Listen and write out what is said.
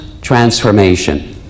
transformation